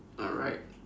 alright